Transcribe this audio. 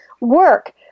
work